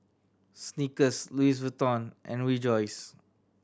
Snickers Louis Vuitton and Rejoice